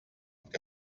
què